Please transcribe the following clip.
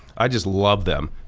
i just love them,